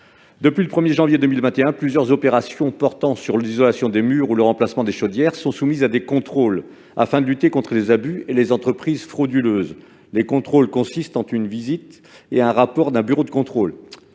Depuis le 1 janvier 2021, plusieurs opérations portant sur l'isolation des murs ou le remplacement de chaudières sont soumises à des contrôles, afin de lutter contre les abus des entreprises frauduleuses. Ces contrôles consistent en une visite et un rapport d'un bureau de contrôle.